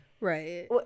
Right